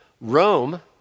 Rome